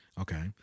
Okay